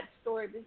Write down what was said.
story